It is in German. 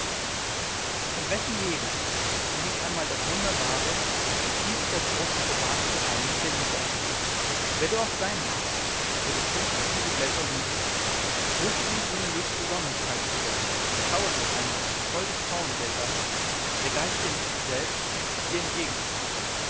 in wessen leben ging nicht einmal das wunderbare in tiefster brust bewahrte geheimnis der liebe auf wer du auch sein magst der du künftig diese blätter liesest rufe dir jene höchste sonnenzeit zurück schaue noch einmal das holde frauenbild das der geist der liebe selbst dir